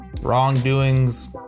wrongdoings